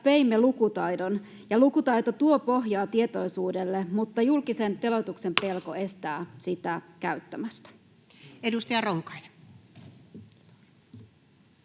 veimme lukutaidon, ja lukutaito tuo pohjaa tietoisuudelle, mutta julkisen teloituksen pelko estää käyttämästä sitä. Edustaja Ronkainen.